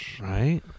Right